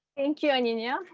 thank you, aninia,